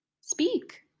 Speak